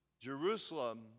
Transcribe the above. Jerusalem